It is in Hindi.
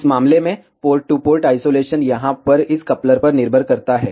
इस मामले में पोर्ट टू पोर्ट आइसोलेशन यहाँ पर इस कपलर पर निर्भर करता है